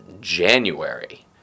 January